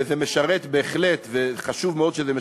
וזה משרת בהחלט, וחשוב מאוד שזה משרת,